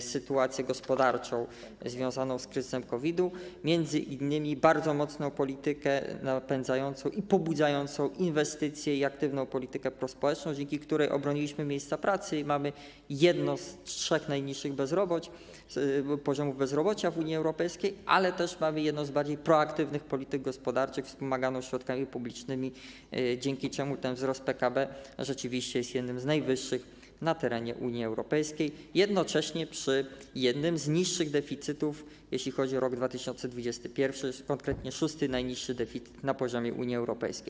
sytuację gospodarczą związaną z kryzysem, z COVID-em, m.in. bardzo mocną politykę napędzającą i pobudzającą inwestycje i aktywną politykę prospołeczną, dzięki której obroniliśmy miejsca pracy i mamy jeden z trzech najniższych poziomów bezrobocia w Unii Europejskiej, ale też mamy jedną z bardziej proaktywnych polityk gospodarczych wspomaganą środkami publicznymi, dzięki czemu ten wzrost PKB rzeczywiście jest jednym z najwyższych na terenie Unii Europejskiej, jednocześnie przy jednym z niższych deficytów, jeśli chodzi o rok 2021, konkretnie szósty najniższy deficyt na poziomie Unii Europejskiej.